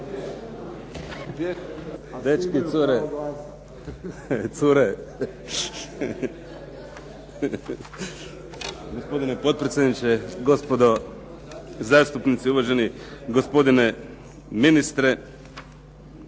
ne razumije se./… Gospodine potpredsjedniče, gospodo zastupnici. Uvaženi gospodine ministre.